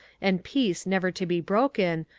and peace never to be broken,